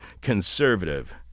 conservative